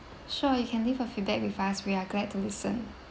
um sure you can leave a feedback with us we are glad to listen